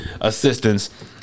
assistance